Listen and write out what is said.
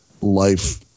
life